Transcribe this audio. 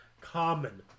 common